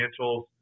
financials